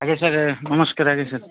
ଆଜ୍ଞା ସାର୍ ନମସ୍କାର ଆଜ୍ଞା ସାର୍